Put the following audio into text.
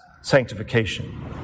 sanctification